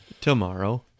Tomorrow